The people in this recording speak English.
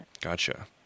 Gotcha